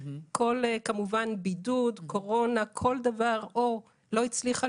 כל כמובן בידוד או קורונה כל מקרה כזה או שלא הצליחה